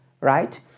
right